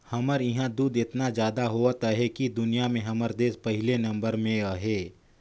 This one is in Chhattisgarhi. हमर इहां दूद एतना जादा होवत अहे कि दुनिया में हमर देस पहिले नंबर में अहे